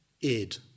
id